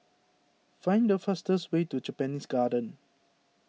find the fastest way to Japanese Garden